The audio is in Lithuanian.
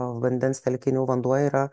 vandens telkinių vanduo yra